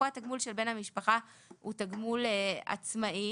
פה התגמול של בן המשפחה הוא תגמול עצמאי,